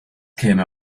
käme